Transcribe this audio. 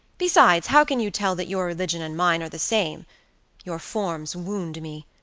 besides, how can you tell that your religion and mine are the same your forms wound me,